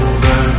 Over